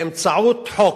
באמצעות חוק.